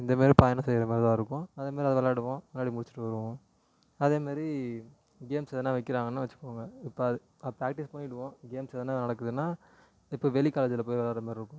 இந்தமாரி பயணம் செய்கிற மாதிரி தான் இருக்கும் அதமாரி அது விளாடுவோம் விளாடி முடிச்சுட்டு வருவோம் அதேமாரி கேம்ஸ் எதுனால் வைக்கிறாங்கன்னால் வச்சுக்கோங்க இப்போ அது ப்ராக்டிஸ் பண்ணிவிடுவோம் கேம்ஸ் எதுனால் நடக்குதுன்னால் இப்போ வெளி காலேஜில் போய் விளாடுற மாதிரி இருக்கும்